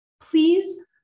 Please